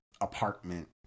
apartment